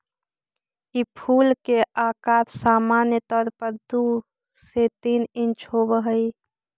ई फूल के अकार सामान्य तौर पर दु से तीन इंच होब हई